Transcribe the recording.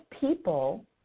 people